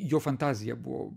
jo fantazija buvo